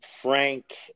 Frank